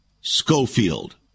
Schofield